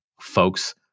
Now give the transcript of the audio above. folks